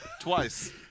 Twice